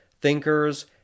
thinkers